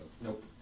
Nope